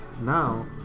now